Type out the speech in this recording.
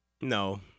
No